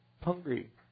hungry